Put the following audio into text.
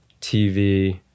TV